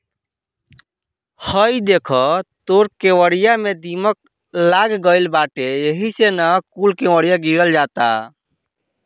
हइ देख तोर केवारी में दीमक लाग गइल बाटे एही से न कूल केवड़िया गिरल जाता